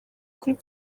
kuri